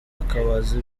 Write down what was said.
akabaza